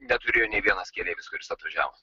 neturėjo nė vienas keleivis kuris atvažiavo